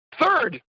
Third